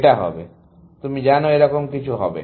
এটা হবে তুমি জানো এরকম কিছু হবে